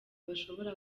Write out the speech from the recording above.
bashobora